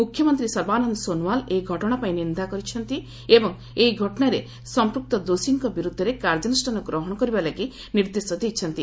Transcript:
ମୁଖ୍ୟମନ୍ତ୍ରୀ ସର୍ବାନନ୍ଦ ସୋନୱାଲ ଏହି ଘଟଣା ପାଇଁ ନିନ୍ଦା କରିଚ୍ଚନ୍ତି ଏବଂ ଏହି ଘଟଣାରେ ସଂପୂକ୍ତ ଦୋଷୀଙ୍କ ବିରୁଦ୍ଧରେ କାର୍ଯ୍ୟାନୁଷ୍ଠାନ ଗ୍ରହଣ କରିବା ଲାଗି ନିର୍ଦ୍ଦେଶ ଦେଇଛନ୍ତି